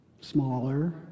smaller